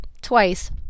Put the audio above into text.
twice